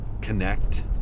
connect